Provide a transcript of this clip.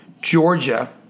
Georgia